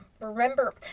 remember